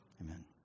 Amen